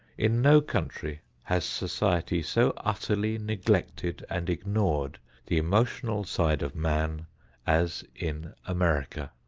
in no country has society so utterly neglected and ignored the emotional side of man as in america.